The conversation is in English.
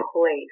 place